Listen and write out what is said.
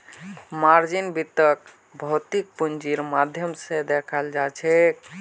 margin वित्तक भौतिक पूंजीर माध्यम स दखाल जाछेक